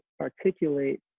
articulate